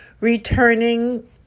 returning